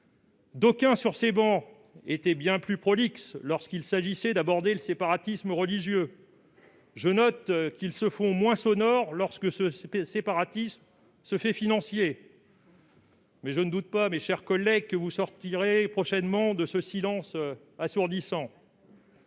Certains sur ces travées étaient bien plus prolixes quand il s'est agi d'aborder le séparatisme religieux ; leurs voix se font moins sonores lorsque ce séparatisme se fait financier. Je ne doute pas, mes chers collègues, que vous sortirez prochainement de ce silence assourdissant.